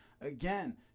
Again